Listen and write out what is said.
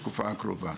בתקופה הקרובה.